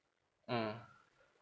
mm